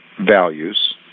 values